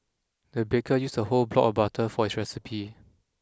the baker used a whole block of butter for this recipe